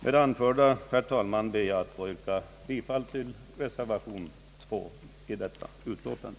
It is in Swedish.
Med det anförda, herr talman, ber jag att få yrka bifall till reservation II i detta utskottsbetänkande.